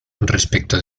respecto